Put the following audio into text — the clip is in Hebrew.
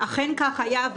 אכן כך היה,